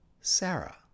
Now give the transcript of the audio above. Sarah